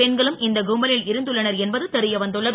பெண்களும் இந்த கும்பலில் இருந்துள்ளனர் என்பது தெரிய வந்துள்ளது